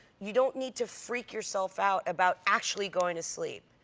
you don't need to freak yourself out about actually going to sleep.